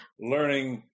learning